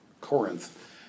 Corinth